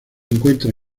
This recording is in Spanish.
encuentra